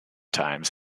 times